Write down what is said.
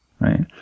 right